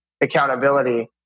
accountability